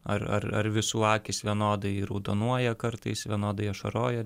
ar ar ar visų akys vienodai raudonuoja kartais vienodai ašaroja